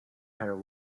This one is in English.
her